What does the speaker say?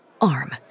arm